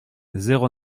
zéro